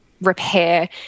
repair